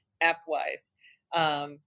app-wise